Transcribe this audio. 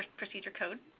procedure code.